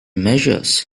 measures